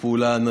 חברי הכנסת,